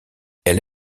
elle